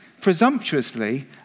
presumptuously